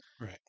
Right